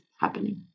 happening